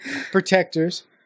protectors